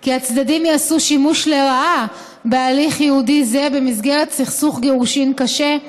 כי הצדדים יעשו שימוש לרעה בהליך ייעודי זה במסגרת סכסוך גירושין קשה,